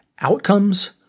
outcomes